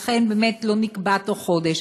ולכן באמת לא נקבע תוך חודש.